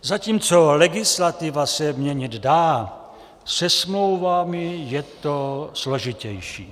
Zatímco legislativa se měnit dá, se smlouvami je to složitější.